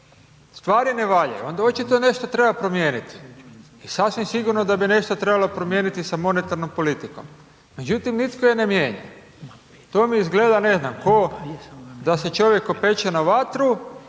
stvari ne valjaju onda očito nešto treba promijeniti. Sasvim sigurno da bi nešto trebalo promijeniti sa monetarnom politikom, međutim nitko je ne mijenja. To vam je izgleda ne znam ko da se čovjek opeče na vatru